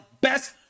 best